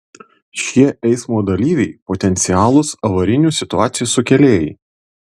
šie eismo dalyviai potencialūs avarinių situacijų sukėlėjai